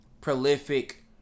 prolific